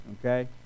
okay